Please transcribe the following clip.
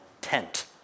tent